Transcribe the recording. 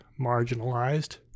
marginalized